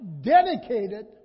dedicated